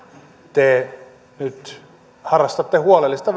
te nyt harrastatte huolellista